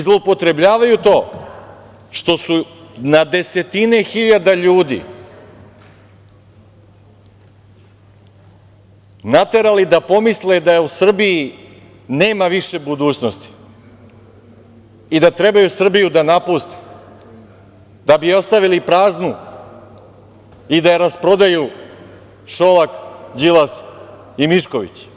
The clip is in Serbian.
Zloupotrebljavaju to što su na desetine hiljada ljudi naterali da pomisle da u Srbiji nema više budućnosti i da trebaju Srbiju da napuste da bi je ostavili praznu i da je rasprodaju Šolak, Đilas i Mišković.